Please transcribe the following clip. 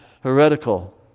heretical